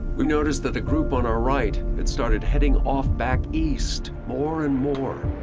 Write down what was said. we noticed that the group on our right had started heading off back east more and more.